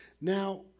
Now